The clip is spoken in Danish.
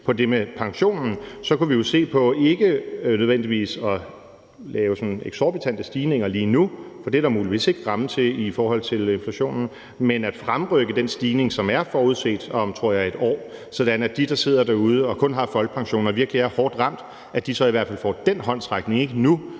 på det med pensionen, kunne vi jo se på ikke nødvendigvis at lave sådan eksorbitante stigninger lige nu, for det er der muligvis ikke ramme til i forhold til inflationen, men at fremrykke den stigning, som er forudset, om, tror jeg, et år, sådan at de, der sidder derude og kun har folkepensionen og virkelig er hårdt ramt, så i hvert fald får den håndsrækning nu,